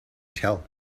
tell